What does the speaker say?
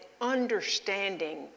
understanding